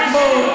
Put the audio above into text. אנחנו בשלטון.